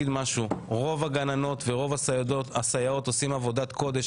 רוב הגננות ורוב הסייעות עושות עבודת קודש,